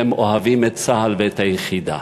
והם אוהבים את צה"ל ואת היחידה.